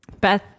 Beth